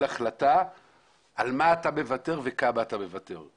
החלטה על מה אתה מוותר וכמה אתה מוותר.